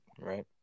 right